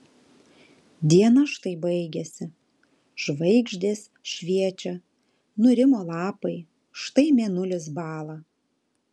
diena štai baigėsi žvaigždės šviečia nurimo lapai štai mėnulis bąla